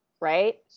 right